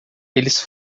eles